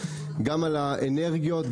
גם על האנרגיות,